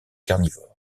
carnivores